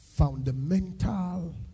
fundamental